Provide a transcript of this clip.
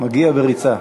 מגיע בריצה.